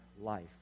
life